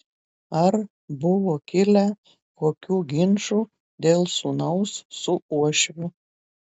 ar buvo kilę kokių ginčų dėl sūnaus su uošviu